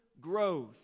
growth